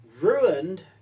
ruined